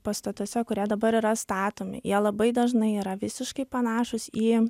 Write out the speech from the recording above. pastatuose kurie dabar yra statomi jie labai dažnai yra visiškai panašūs į